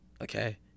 okay